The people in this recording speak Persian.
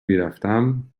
میرفتم